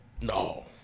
No